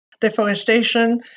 deforestation